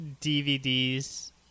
DVDs